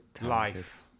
Life